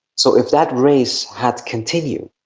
so if that race had continued,